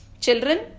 children